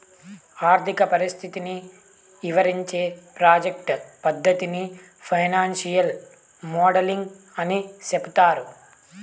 ఆర్థిక పరిస్థితిని ఇవరించే ప్రాజెక్ట్ పద్దతిని ఫైనాన్సియల్ మోడలింగ్ అని సెప్తారు